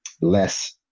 less